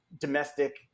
domestic